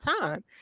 time